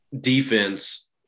defense